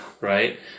right